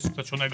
קצת שונה,